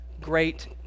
great